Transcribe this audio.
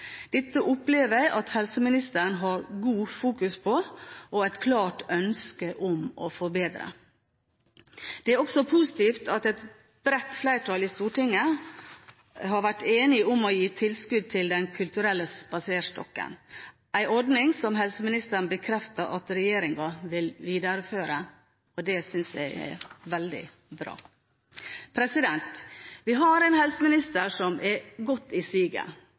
Dette opplever jeg at helseministeren fokuserer godt på og har et klart ønske om å forbedre. Det er også positivt at et bredt flertall i Stortinget har vært enig om å gi tilskudd til Den kulturelle spaserstokken, en ordning som helseministeren bekreftet at regjeringen vil videreføre, og det syns jeg er veldig bra. Vi har en helseminister som er godt i